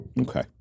Okay